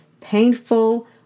painful